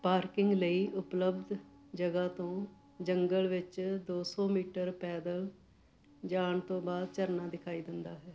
parking ਲਈ ਉਪਲੱਬਧ ਜਗ੍ਹਾ ਤੋਂ ਜੰਗਲ ਵਿੱਚ ਦੋ ਸੌ ਮੀਟਰ ਪੈਦਲ ਜਾਣ ਤੋਂ ਬਾਅਦ ਝਰਨਾ ਦਿਖਾਈ ਦਿੰਦਾ ਹੈ